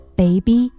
baby